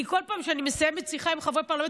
כי בכל פעם שאני מסיימת שיחה עם חבר פרלמנט,